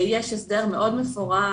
יש הסדר מאוד מפורט,